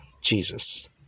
Jesus